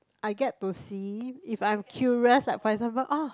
I get to see if I'm curious like for example !oh!